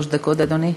שלוש דקות, אדוני.